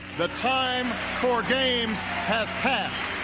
the time for games has passed.